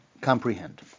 comprehend